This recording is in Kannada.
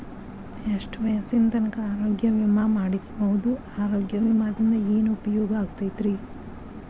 ಎಷ್ಟ ವಯಸ್ಸಿನ ತನಕ ಆರೋಗ್ಯ ವಿಮಾ ಮಾಡಸಬಹುದು ಆರೋಗ್ಯ ವಿಮಾದಿಂದ ಏನು ಉಪಯೋಗ ಆಗತೈತ್ರಿ?